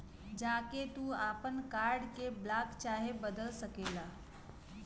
जा के तू आपन कार्ड के ब्लाक चाहे बदल सकेला